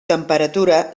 temperatura